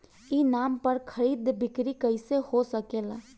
ई नाम पर खरीद बिक्री कैसे हो सकेला?